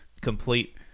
complete